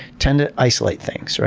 tend to isolate things.